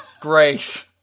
great